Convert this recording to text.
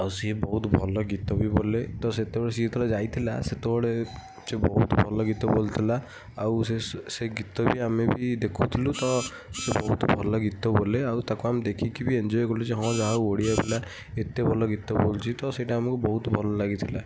ଆଉ ସିଏ ବହୁତ ଭଲ ଗୀତ ବି ବୋଲେ ତ ସେତେବେଳେ ସିଏ ଯେତେବେଳେ ଯାଇଥିଲା ସେତେବେଳେ ସିଏ ବହୁତ ଭଲ ଗୀତ ବୋଲିଥିଲା ଆଉ ସେଇ ସେ ଗୀତ ବି ଆମେ ବି ଦେଖୁଥିଲୁ ତ ସିଏ ବହୁତ ଭଲ ଗୀତ ବୋଲେ ଆଉ ତାକୁ ଆମେ ଦେଖିକି ବି ଏନଜୟ କଲୁ କି ହଁ ଯାହା ହଉ ଓଡ଼ିଆ ପିଲା ଏତେ ଭଲ ଗୀତ ବୋଲୁଛି ତ ସେଇଟା ଆମକୁ ବହୁତ ଭଲ ଲାଗିଥିଲା